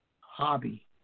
hobby